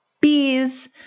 bees